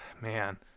man